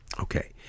Okay